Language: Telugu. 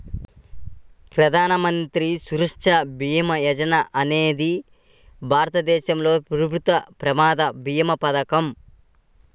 ప్రధాన మంత్రి సురక్ష భీమా యోజన అనేది భారతదేశంలో ప్రభుత్వ ప్రమాద భీమా పథకం